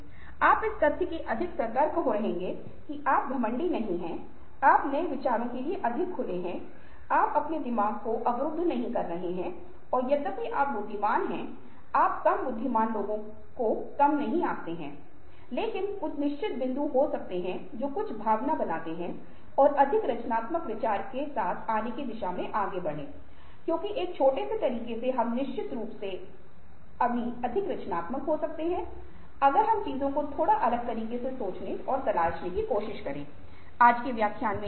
आप इस तथ्य से अधिक सतर्क रहेंगे कि आप घमंडी नहीं हैं आप नए विचारों के लिए अधिक खुले हैं आप अपने दिमाग को अवरुद्ध नहीं करते हैं और यद्यपि आप बुद्धिमान हैं आप कम बुद्धिमान लोगों को कम नहीं आंकते हैं लेकिन कुछ निश्चित बिंदु हो सकते हैं जो कुछ भावना बनाते है और अधिक रचनात्मक विचार के साथ आने की दिशा में आगे बढ़ें क्योंकि एक छोटे से तरीके से हम निश्चित रूप से अभी अधिक रचनात्मक हो सकते हैं अगर हम चीजों को थोड़ा अलग तरीके से सोचने और तलाशने की कोशिश करते हैं